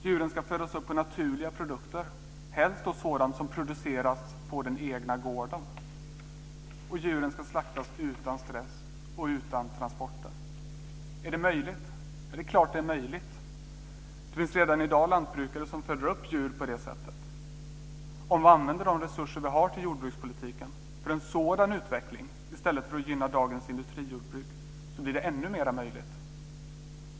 Djuren ska födas upp på naturliga produkter, helst sådant som produceras på den egna gården. Djuren ska också slaktas utan stress och utan transporter. Är det möjligt? Ja, det är klart att det är möjligt. Det finns redan i dag lantbrukare som föder upp djur på det sättet. Om vi använder de resurser vi har till jordbrukspolitiken för en sådan utveckling i stället för att gynna dagens industrijordbruk blir det ännu mer möjligt.